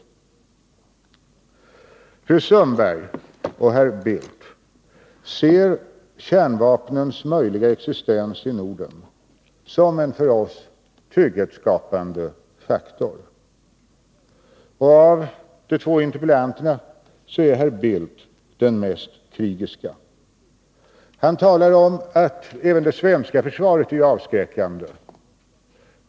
Fru Sundberg och herr Bildt ser kärnvapnens möjliga existens i Norden som en för oss trygghetsskapande faktor. Av de två interpellanterna är herr Bildt den som är mest krigisk. Han talar om att även det svenska försvaret är avskräckande.